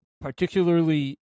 particularly